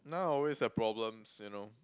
now I always have problems you know